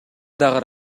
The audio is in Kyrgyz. дагы